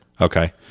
Okay